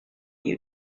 you